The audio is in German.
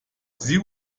sie